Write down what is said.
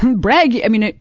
um braggy i mean,